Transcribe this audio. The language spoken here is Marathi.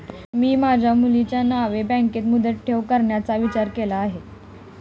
मी माझ्या मुलीच्या नावे बँकेत मुदत ठेव करण्याचा विचार केला आहे